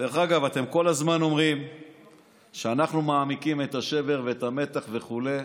אתם כל הזמן אומרים שאנחנו מעמיקים את השבר ואת המתח וכו',